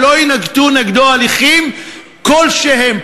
ולא יינקטו נגדו הליכים כלשהם,